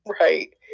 Right